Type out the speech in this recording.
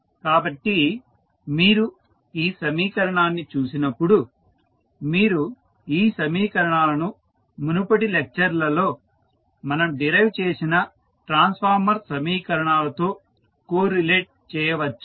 కాబట్టి మీరు ఈ సమీకరణాన్ని చూసినప్పుడు మీరు ఈ సమీకరణాలను మునుపటి లెక్చర్ లలో మనం డిరైవ్ చేసిన ట్రాన్స్ఫార్మర్ సమీకరణాలతో కోరిలీట్ చేయవచ్చు